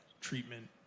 treatment